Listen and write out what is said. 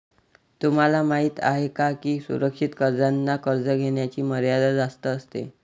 तुम्हाला माहिती आहे का की सुरक्षित कर्जांना कर्ज घेण्याची मर्यादा जास्त असते